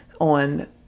on